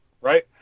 right